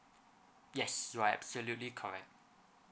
yes you are absolutely correct